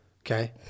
Okay